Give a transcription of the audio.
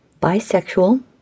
Bisexual